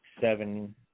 seven